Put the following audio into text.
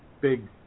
big